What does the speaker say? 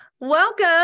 Welcome